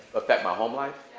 affect my home life?